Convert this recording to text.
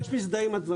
אני ממש מזדהה עם דבריך.